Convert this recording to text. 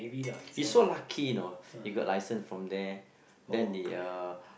he's so lucky you know he got license from there then they uh